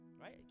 right